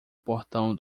portão